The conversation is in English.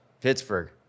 Pittsburgh